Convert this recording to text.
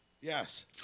Yes